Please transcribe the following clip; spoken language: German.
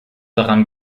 daran